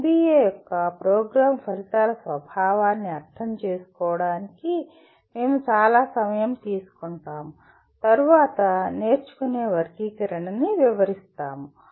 NBA యొక్క programme ఫలితాల స్వభావాన్ని అర్థం చేసుకోవడానికి మేము చాలా సమయం తీసుకుంటాము తరువాత నేర్చుకునే వర్గీకరణ ని వివరిస్తాము